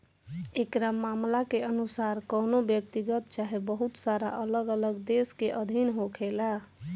एकरा मामला के अनुसार कवनो व्यक्तिगत चाहे बहुत सारा अलग अलग देश के अधीन होखेला